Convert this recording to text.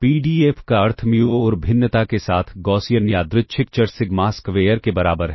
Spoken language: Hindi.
पीडीएफ का अर्थ म्यू और भिन्नता के साथ गौसियन यादृच्छिक चर सिग्मा स्क्वेयर के बराबर है